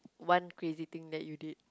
one crazy thing that you did